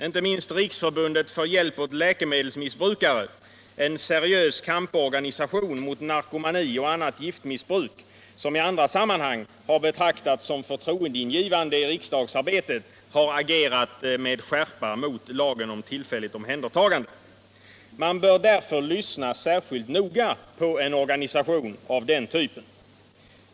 Inte minst Riksförbundet för hjälp åt läkemedelsmissbrukare — en seriös kamporganisation mot narkomani och annat giftmissbruk — som i andra sammanhang har betraktats som förtroendeingivande i riksdagsarbetet, har agerat med skärpa mot lagen om ullfälligt omhändertagande. Man bör därför lyssna särskilt noga på en organisation av den typen.